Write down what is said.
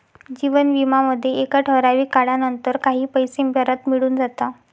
जीवन विमा मध्ये एका ठराविक काळानंतर काही पैसे परत मिळून जाता